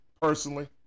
personally